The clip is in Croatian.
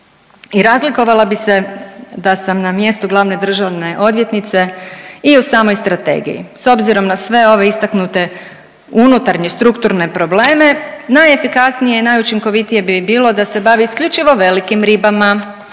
I razlikovala bi se da sam na mjestu glavne državne odvjetnice i u samoj strategiji. S obzirom na sve ove istaknute unutarnje strukturne probleme najefikasnije i najučinkovitije bi bilo da se bavi isključivo velikim ribama,